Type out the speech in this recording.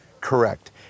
correct